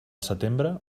setembre